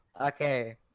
Okay